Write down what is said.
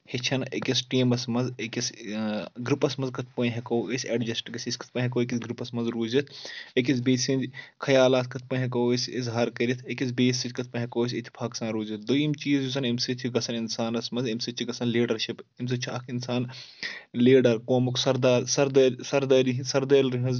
ہیٚچھان أکِس ٹیٖمَس منٛز أکِس گروپَس منٛز کِتھ پٲٹھۍ ہیٚکو أسۍ ایٚڈجَسٹ گٔژھتھ أسۍ کِتھ پٲٹھۍ ہیٚکو أکِس گروپَس منٛز روٗزِتھ أکِس بیٚیہِ سٕنٛدۍ خیالات کٕتھ پٲٹھۍ ہیٚکو أسۍ اِظہار کٔرِتھ أکِس بیٚیِس سۭتۍ کِتھ پٲنٛۍ ہیٚکو أسۍ اِتِفاق سان روٗزِتھ دۄیِم چیٖز یُس زَن امہِ سۭتۍ چھُ گژھان اِنسانَس منٛز امہِ سۭتۍ چھِ گژھان لیٖڈَرشِپ اَمہِ سۭتۍ چھُ اکھ اِنسان لیٖڈَر قومُک سَردار سَردٲر سردٲری ہٕنٛز سَردٲلہِ ہٕنٛز